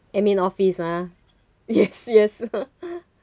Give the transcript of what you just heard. admin office ah yes yes